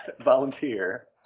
volunteer